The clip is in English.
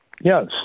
yes